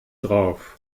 drauf